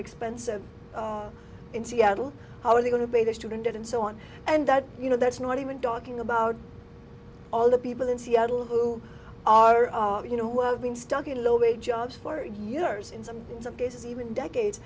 expensive in seattle how are they going to be the student debt and so on and that you know that's not even talking about all the people in seattle who are you know who have been stuck in low wage jobs for years in some cases even decades